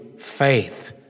Faith